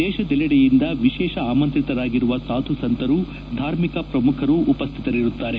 ದೇಶದಲ್ಲಿಡೆಯಿಂದ ವಿಶೇಷ ಆಮಂತ್ರಿಶಾಗಿರುವ ಸಾಧು ಸಂತರು ಧಾರ್ಮಿಕ ಪ್ರಮುಖರು ಉಪಸ್ಥಿತರಿರುತ್ತಾರೆ